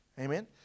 Amen